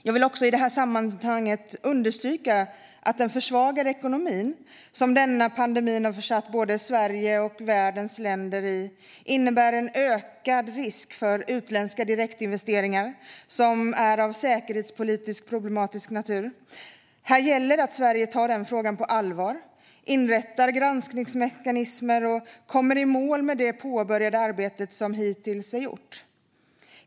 Jag vill i detta sammanhang understryka att den försvagade ekonomin, som denna pandemi har försatt både Sverige och världens andra länder i, innebär en ökad risk för utländska direktinvesteringar som är av säkerhetspolitiskt problematisk natur. Det gäller att Sverige tar den frågan på allvar, inrättar granskningsmekanismer och kommer i mål med det arbete som hittills är gjort.